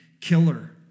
killer